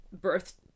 birth